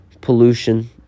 pollution